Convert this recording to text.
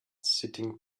sitting